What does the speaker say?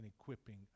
equipping